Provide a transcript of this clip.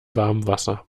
warmwasser